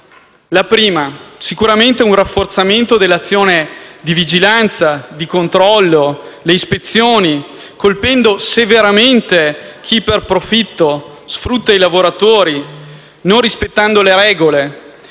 consiste sicuramente in un rafforzamento delle azioni di vigilanza, di controllo e di ispezione, colpendo severamente chi per profitto sfrutta i lavoratori, non rispettando le regole